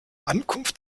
ankunft